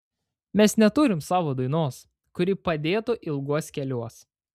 mes neturim savo dainos kuri padėtų ilguos keliuos